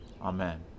Amen